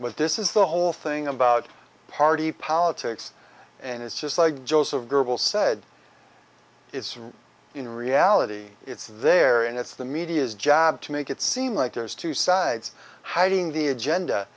but this is the whole thing about party politics and it's just like joe's of global said it's in reality it's there and it's the media's job to make it seem like there's two sides hiding the agenda